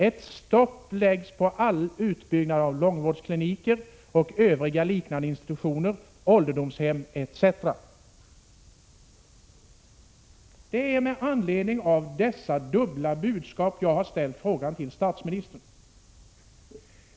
Ett stopp läggs på all utbyggnad av långvårdskliniker och övriga liknande institutioner .” Det är med anledning av dessa dubbla budskap som jag har ställt frågan till statsministern.